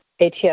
ATS